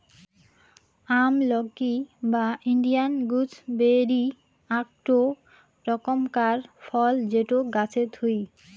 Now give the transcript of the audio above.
আমলকি বা Indian gooseberry আকটো রকমকার ফল যেটো গাছে থুই